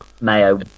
mayo